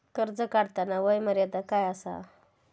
कर्ज काढताना वय मर्यादा काय आसा?